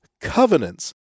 Covenants